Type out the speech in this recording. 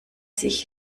sich